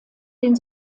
den